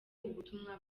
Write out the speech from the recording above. ubutumwa